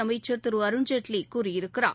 அமைச்சர் திரு அருண்ஜேட்லி கூறியிருக்கிறார்